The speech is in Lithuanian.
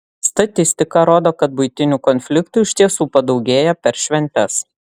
statistika rodo kad buitinių konfliktų iš tiesų padaugėja per šventes